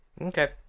Okay